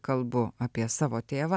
kalbu apie savo tėvą